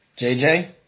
JJ